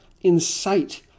incite